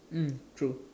mm true